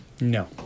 No